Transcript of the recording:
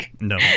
No